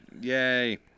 Yay